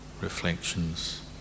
reflections